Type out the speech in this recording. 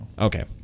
okay